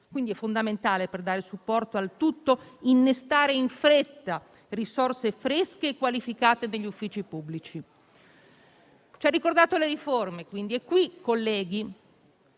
quindi fondamentale, per dare supporto al tutto, innestare in fretta risorse fresche e qualificate negli uffici pubblici. Ci ha ricordato le riforme. Colleghi,